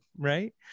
Right